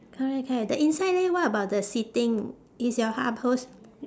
correct correct the inside leh what about the seating is your uphols~